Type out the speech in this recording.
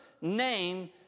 name